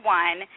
one